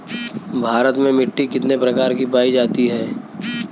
भारत में मिट्टी कितने प्रकार की पाई जाती हैं?